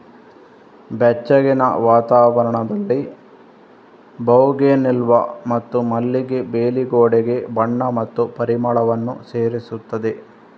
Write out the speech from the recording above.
ಬೆಚ್ಚಗಿನ ವಾತಾವರಣದಲ್ಲಿ ಬೌಗೆನ್ವಿಲ್ಲಾ ಮತ್ತು ಮಲ್ಲಿಗೆ ಬೇಲಿ ಗೋಡೆಗೆ ಬಣ್ಣ ಮತ್ತು ಪರಿಮಳವನ್ನು ಸೇರಿಸುತ್ತದೆ